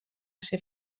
ser